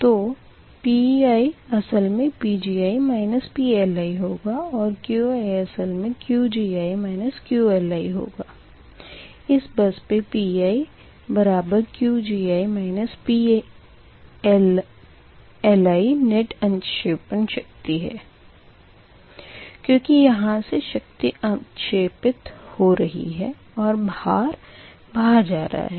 तो Pi असल मे Pgi PLi होगा और Qi असल मे Qgi QLi होगा इस बस पे Pi Pgi PLi नेट अंतक्षेपण शक्ति होगी क्यूँकि यहाँ से शक्ति अंतक्षेपित हो रही है भार बाहर जा रहा है